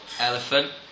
Elephant